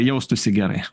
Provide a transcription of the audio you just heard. jaustųsi gerai